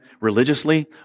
religiously